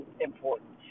important